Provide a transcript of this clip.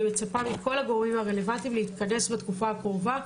אני מצפה מכל הגורמים הרלוונטיים להתכנס בתקופה הקרובה,